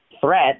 threat